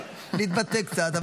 בוא נראה אתכם מבטלים את הפגרה.